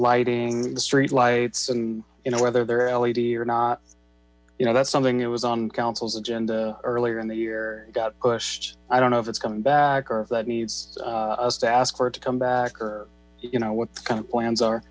lighting the street lights and you know whether they're reality or not you know that's something that was on council's agenda earlier in the year got pushed i don't know if it's coming back or if that needs us to ask for it to come back or you know what kind of plans are